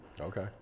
Okay